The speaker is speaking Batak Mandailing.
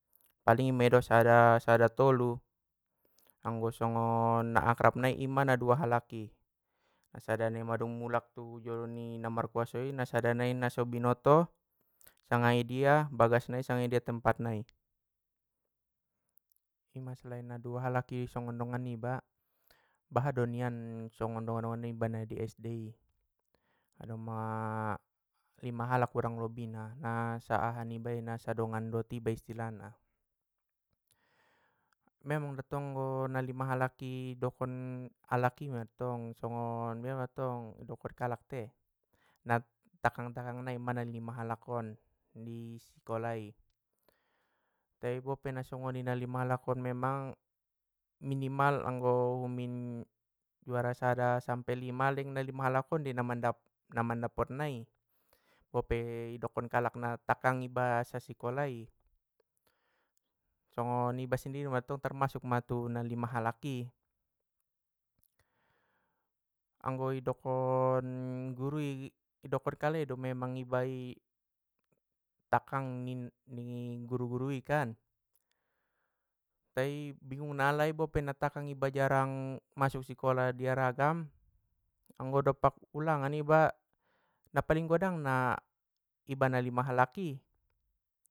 Paling i mei do sada- sada tolu, anggo songon na akrab nai na dua halaki, sada nai mandung mulak tu jolo ni namarkuaso i sada nai nasobinoto sanga idia bagas nai sanga idia tempat nai, ima selain na dua halak i songo dongan niba! Bahat do nian songon dongan dongan niba na di SD i, pala ma lima halak urang lobina na sadongan dot iba istilah na. Memang antong na lima halak i dokon alak i mantong songon bia mantong dokon kalak tei? Na tanggang tanggang nai mai na lima halak on i sikolai, tai bope na songoni na lima halak on memang minimal anggo um min juara sada sampe lima leng na lima halak on dei na mandapot nai! Bope i dokon alak na tanggang iba sasikolai, songon iba sendiri mantong termasuk ma tu na lima halak i, anggo idokon gurui! Idokon kalai do memang ibai tanggang nin- ning guru gurui kan?, tai binggung na alai bope na tanggang iba jarang masuk sikola nairagam anggo dompak ulangan iba, na paling godangna iba na lima halaki.